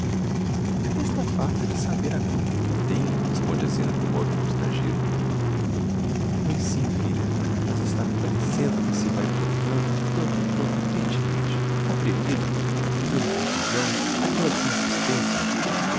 está farta de saber a conta em que o tenho responde a zina com modo constrangido pois sim filha mas está-me parecendo que se vae tornando um tanto ou quanto impertinente atrevido e em conclusão aquella sua insistencia